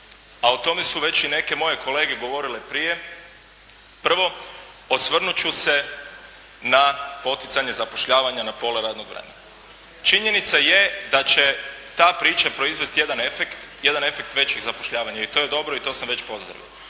a o tome su već i neke moje kolege govorili prije. Prvo, osvrnut ću se na poticanje zapošljavanja na pola radnog vremena. Činjenica je da će ta priča proizvesti jedan efekt, jedan efekt većeg zapošljavanja i to je to dobro i to sam već pozdravio.